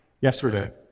yesterday